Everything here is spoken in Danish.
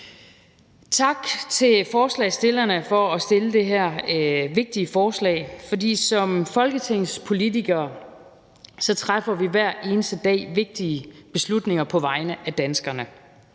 Tak til forslagsstillerne for at fremsætte det her vigtige forslag, for som folketingspolitikere træffer vi hver eneste dag vigtige beslutninger på vegne af danskerne.